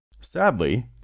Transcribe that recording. Sadly